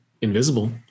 invisible